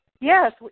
Yes